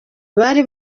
bari